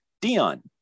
Dion